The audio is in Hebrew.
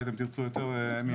אולי אתם תירצו יותר ממני.